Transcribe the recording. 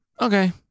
Okay